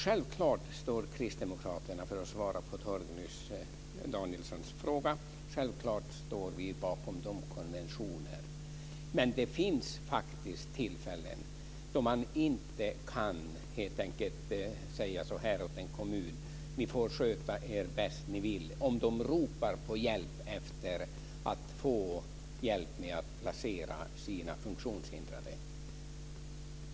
Självfallet står Kristdemokraterna bakom konventionerna, för att svara på Torgny Danielssons fråga. Men det finns faktiskt tillfällen då man helt enkelt inte kan säga åt en kommun: Ni får sköta er bäst ni vill! Det kan man inte säga om kommunen ropar på hjälp med att placera sina funktionshindrade.